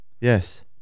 Yes